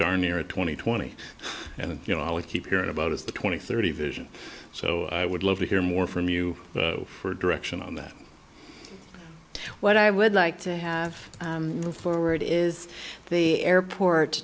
darn near twenty twenty and you know i keep hearing about is the twenty thirty vision so i would love to hear more from you for direction on that what i would like to have moved forward is the airport